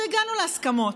והגענו להסכמות.